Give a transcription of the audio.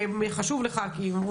אתה חלק